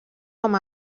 amb